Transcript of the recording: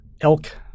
elk